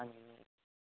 हजुर